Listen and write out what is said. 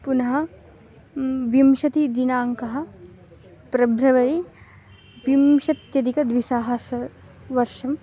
पुनः विंशतिदिनाङ्कः फ्रेब्रवरि विंशत्यधिकद्विसहस्रं वर्षं